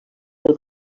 del